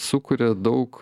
sukuria daug